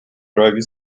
driving